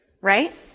right